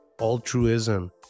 altruism